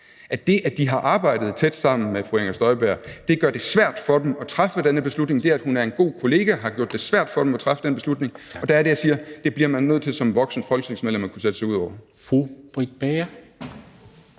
at det, at de har arbejdet tæt sammen med fru Inger Støjberg, gør det svært for dem at træffe denne beslutning, og at det, at hun er en god kollega, har gjort det svært for dem at træffe denne beslutning. Der er det, jeg siger: Det bliver man nødt til som et voksent folketingsmedlemmer at kunne sætte sig ud over.